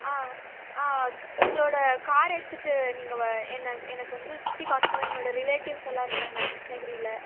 ஆ ஆ உங்களோட காரை எடுத்துட்டு நீங்கள் வ என்ன எனக்கு வந்து சுற்றி காட்டணும் என்னோட ரிலேட்டிவ்ஸ் எல்லாம் இருக்காங்க கிருஷ்ணகிரியில